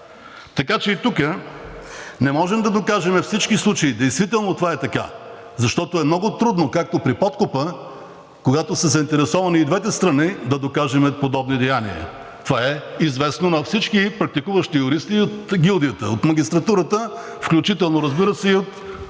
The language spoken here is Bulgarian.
Така че и тук не можем да докажем всички случаи. Действително това е така, защото е много трудно, както при подкупа, когато са заинтересовани и двете страни, да докажем подобни деяния. Това е известно на всички практикуващи юристи от гилдията, от магистратурата, включително, разбира се, и на служителите